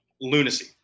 Lunacy